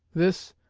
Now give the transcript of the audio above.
this,